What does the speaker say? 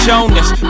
Jonas